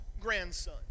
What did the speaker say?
grandson